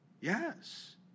yes